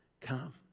come